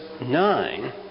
nine